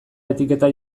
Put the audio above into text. etiketa